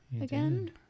again